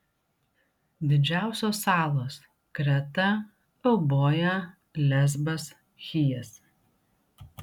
didžiausios salos kreta euboja lesbas chijas